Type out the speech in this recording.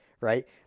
right